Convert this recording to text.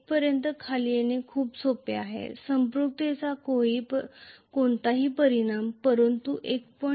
0 पर्यंत खाली येणे खूप सोपे आहे संपृक्ततेचा कोणताही परिणाम नाही परंतु 1